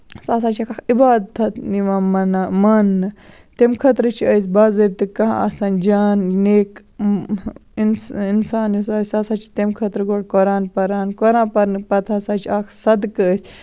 سُہ ہسا چھِ اکھ عبادتھا یِوان ماننہٕ تَمہِ خٲطرٕ چھِ أسۍ باضٲبطہٕ کانہہ آسان جان نیک اِنسان یُس آسہِ سُہ ہسا چھُ تَمہِ خٲطرٕ گۄڈٕ قرآن پَران قرآن پَرنہٕ پَتہٕ ہسا چھِ اکھ سَدقہٕ أسۍ